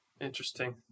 interesting